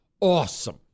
awesome